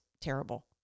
terrible